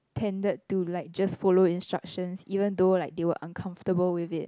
tendered to like just follow instruction even though like they were uncomfortable with it